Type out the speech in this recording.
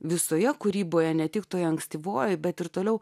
visoje kūryboje ne tik toje ankstyvoji bet ir toliau